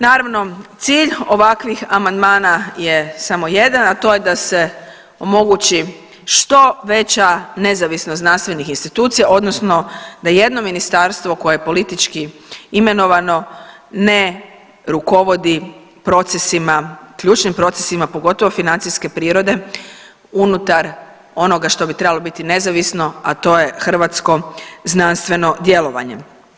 Naravno, cilj ovakvih amandmana je samo jedan, a to je da se omogući što veća nezavisnost znanstvenih institucija, odnosno da jedno ministarstvo koje je politički imenovano, ne rukovodi procesima, ključnim procesima, pogotovo financijske prirode, unutar onoga što bi trebalo biti nezavisno, a to je hrvatsko znanstveno djelovanje.